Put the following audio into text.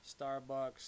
Starbucks